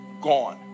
gone